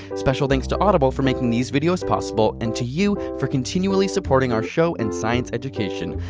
special thanks to audible for making these videos possible, and to you for continually supporting our show and science education.